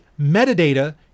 metadata